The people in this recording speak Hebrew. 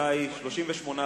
התוצאה היא: בעד,